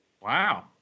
Wow